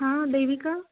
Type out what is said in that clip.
हां देविका